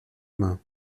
mains